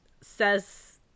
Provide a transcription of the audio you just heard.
says